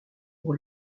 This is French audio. pour